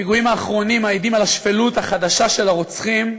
הפיגועים האחרונים מעידים על השפלות החדשה של הרוצחים,